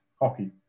hockey